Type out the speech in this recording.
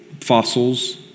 fossils